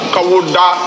Kawuda